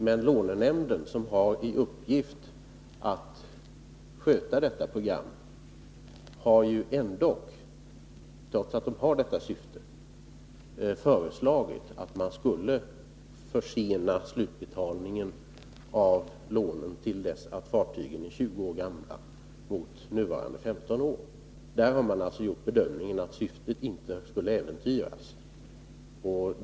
Men lånenämnden som har till uppgift att sköta detta program har trots detta syfte föreslagit att man skulle försena slutbetalningen av lånen till dess att fartygen är 20 år gamla mot nuvarande 15 år. Där har man tydligen gjort bedömningen att syftet inte skulle äventyras.